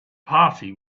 party